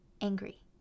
angry